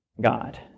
God